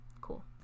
cool